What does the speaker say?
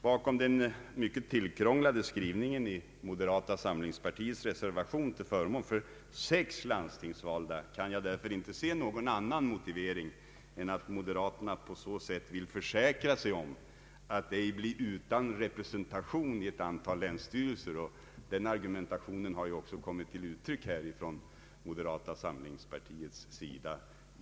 Bakom den mycket tillkrånglade skrivningen i moderata samlingspartiets reservation till förmån för sex landstingsvalda kan jag därför inte se någon annan motivering än att moderaterna på så sätt vill försäkra sig om att ej bli utan representation i ett antal länsstyrelser. Den argumentationen har också i dagens debatt kommit till uttryck från moderata samlingspartiets sida.